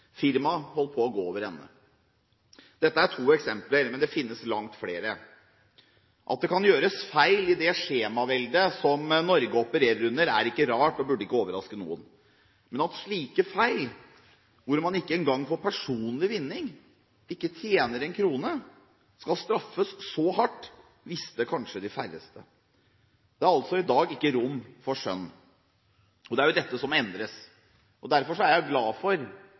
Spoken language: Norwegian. Firmaet holdt på å gå over ende. Dette er to eksempler, men det finnes langt flere. At det kan gjøres feil i det skjemaveldet som Norge opererer under, er ikke rart og burde ikke overraske noen. Men at slike feil, hvor man ikke engang får personlig vinning, ikke tjener én krone, skal straffes så hardt, visste kanskje de færreste. Det er altså i dag ikke rom for skjønn. Det er dette som må endres. Derfor er jeg glad for